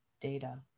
data